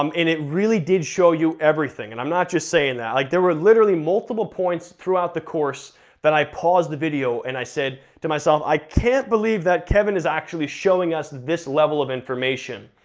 um and it really did show you everything. and i'm not just saying that. like there were literally multiple points throughout the course that i paused the video and i said, to myself, i can't believe that kevin is actually showing us this level of information.